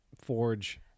forge